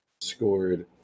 scored